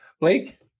Blake